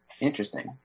Interesting